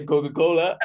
Coca-Cola